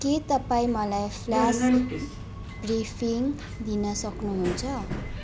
के तपाईँ मलाई फ्ल्यास ब्रिफिङ दिन सक्नुहुन्छ